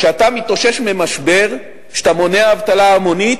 כשאתה מתאושש ממשבר, כשאתה מונע אבטלה המונית,